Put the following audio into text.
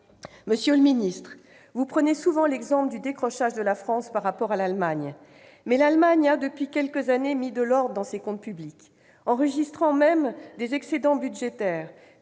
Monsieur le ministre, vous mentionnez souvent le décrochage de la France par rapport à l'Allemagne. Mais l'Allemagne a, depuis quelques années, mis de l'ordre dans ses comptes publics, enregistrant même des excédents budgétaires,